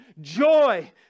joy